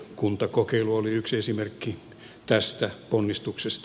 kuntakokeilu oli yksi esimerkki tästä ponnistuksesta